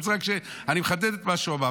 אני מחדד את מה שהוא אמר.